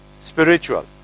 spiritual